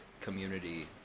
community